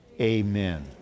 Amen